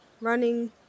running